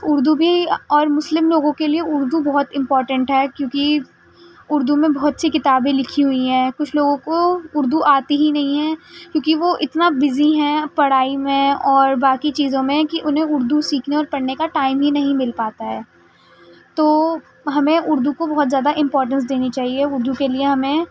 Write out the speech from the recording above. اردو بھی اور مسلم لوگوں کے لیے اردو بہت امپورٹنٹ ہے کیوںکہ اردو میں بہت سی کتابیں لکھی ہوئی ہیں کچھ لوگوں کو اردو آتی ہی نہیں ہے کیوںکہ وہ اتنا بزی ہیں پڑھائی میں اور باقی چیزوں میں کہ انہیں اردو سیکھنے اور پڑھنے کا ٹائم ہی نہیں مل پاتا ہے تو ہمیں اردو کو بہت زیادہ امپورٹینس دینی چاہیے اردو کے لیے ہمیں